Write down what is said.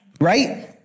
Right